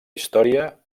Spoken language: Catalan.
història